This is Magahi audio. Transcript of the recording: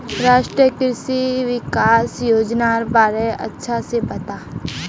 राष्ट्रीय कृषि विकास योजनार बारे अच्छा से बता